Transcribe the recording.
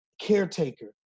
caretaker